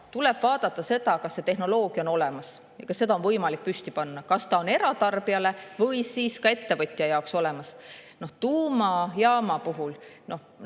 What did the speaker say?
tuleb vaadata ka seda, kas tehnoloogia on olemas ja kas seda on võimalik püsti panna, kas ta on eratarbija või ka ettevõtja jaoks olemas. Tuumajaama puhul